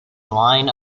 line